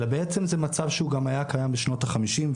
אלא זה מצב שהיה קיים גם בשנות ה-50',